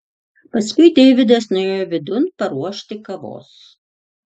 paskui deividas nuėjo vidun paruošti kavos